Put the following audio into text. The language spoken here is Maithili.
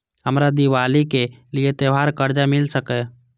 हमरा दिवाली के लिये त्योहार कर्जा मिल सकय?